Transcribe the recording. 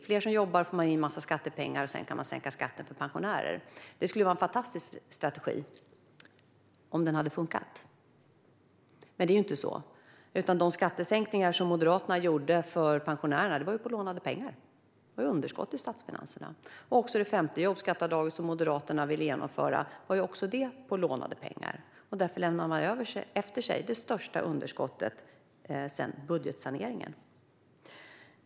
Med fler som jobbar får man in en massa skattepengar, och sedan kan man sänka skatten för pensionärer. Det skulle ha varit en fantastisk strategi - om den hade funkat. Men det är ju inte så, utan de skattesänkningar som Moderaterna gjorde för pensionärerna gjorde de på lånade pengar. Det var underskott i statsfinanserna. Också det femte jobbskatteavdraget som Moderaterna ville genomföra var på lånade pengar. Därför lämnade man efter sig det största underskottet sedan budgetsaneringen.